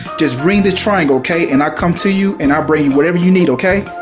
just ring the triangle okay and i come to you and i bring you whatever you need okay?